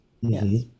Yes